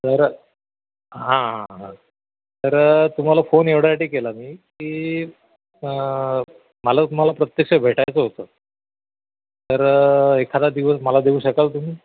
तर हां हां हां तर तुम्हाला फोन एवढ्यासाठी केला मी की मला तुम्हाला प्रत्यक्ष भेटायचं होतं तर एखादा दिवस मला देऊ शकाल तुम्ही